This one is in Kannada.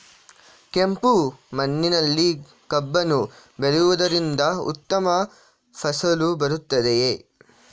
ಕೆಂಪು ಮಣ್ಣಿನಲ್ಲಿ ಕಬ್ಬನ್ನು ಬೆಳೆಯವುದರಿಂದ ಉತ್ತಮ ಫಸಲು ಬರುತ್ತದೆಯೇ?